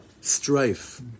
Strife